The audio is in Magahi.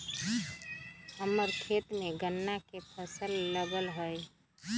हम्मर खेत में गन्ना के फसल लगल हई